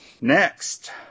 next